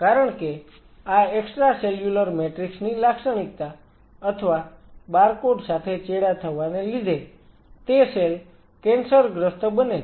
કારણ કે આ એક્સ્ટ્રાસેલ્યુલર મેટ્રિક્સ ની લાક્ષણિકતા અથવા બારકોડ સાથે ચેડા થવાને લીધે તે સેલ કેન્સરગ્રસ્ત બને છે